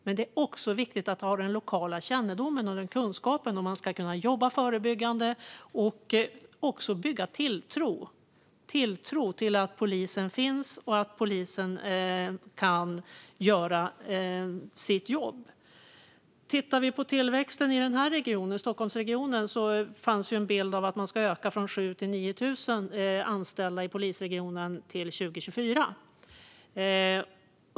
Men det är också viktigt att ha lokal kännedom och kunskap om man ska kunna jobba förebyggande och bygga tilltro till att polisen finns och kan göra sitt jobb. Vi kan titta på tillväxten i Stockholmsregionen. Det fanns en bild av att man skulle öka från 7 000 till 9 000 anställda i polisregionen till 2024.